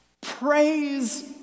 praise